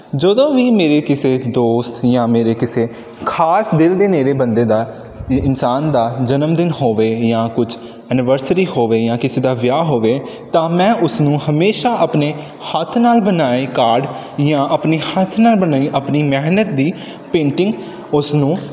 ਜਦੋਂ ਵੀ ਮੇਰੇ ਕਿਸੇ ਦੋਸਤ ਜਾਂ ਮੇਰੇ ਕਿਸੇ ਖਾਸ ਦਿਲ ਦੇ ਨੇੜੇ ਬੰਦੇ ਦਾ ਇ ਇਨਸਾਨ ਦਾ ਜਨਮਦਿਨ ਹੋਵੇ ਜਾਂ ਕੁਝ ਐਨਵਰਸਰੀ ਹੋਵੇ ਜਾਂ ਕਿਸੇ ਦਾ ਵਿਆਹ ਹੋਵੇ ਤਾਂ ਮੈਂ ਉਸਨੂੰ ਹਮੇਸ਼ਾਂ ਆਪਣੇ ਹੱਥ ਨਾਲ ਬਣਾਏ ਕਾਰਡ ਜਾਂ ਆਪਣੇ ਹੱਥ ਨਾਲ ਬਣਾਈ ਆਪਣੀ ਮਿਹਨਤ ਦੀ ਪੇਂਟਿੰਗ ਉਸ ਨੂੰ